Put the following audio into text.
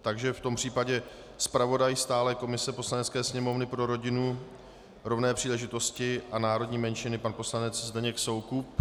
V tom případě zpravodaj stálé komise Poslanecké sněmovny pro rodinu, rovné příležitosti a národní menšiny, pan poslanec Zdeněk Soukup.